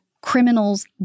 criminal's